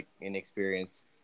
inexperienced